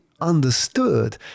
understood